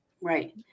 Right